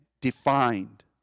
defined